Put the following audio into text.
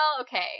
okay